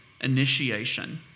initiation